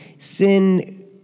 Sin